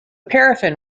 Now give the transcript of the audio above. paraffin